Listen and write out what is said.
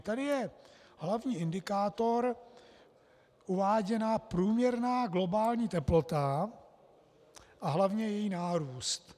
Tady je hlavní indikátor uváděna průměrná globální teplota a hlavně její nárůst.